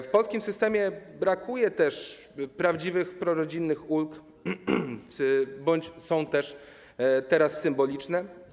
W polskim systemie brakuje też prawdziwych prorodzinnych ulg bądź są one symboliczne.